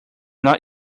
not